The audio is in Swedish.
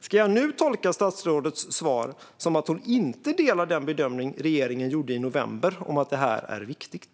Ska jag nu tolka statsrådets svar som att hon inte delar den bedömning regeringen gjorde i november om att detta är viktigt?